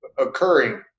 occurring